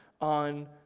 on